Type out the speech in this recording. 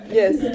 yes